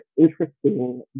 interesting